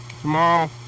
tomorrow